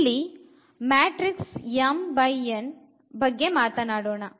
ಇಲ್ಲಿ ಬಗ್ಗೆ ಮಾತನಾಡೋಣ